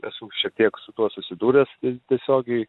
esu šiek tiek su tuo susidūręs tiesiogiai